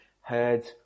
heard